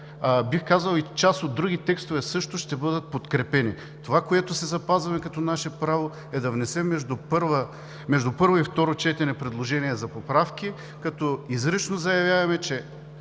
бих казал, и част от други текстове също ще бъдат подкрепени. Това, което си запазваме като наше право, е да внесем между първо и второ четене предложения за поправки, като изрично заявяваме, че